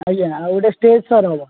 ଆଜ୍ଞା ଆଉ ଗୋଟେ ଷ୍ଟେଜ୍ ସାର୍ ହେବ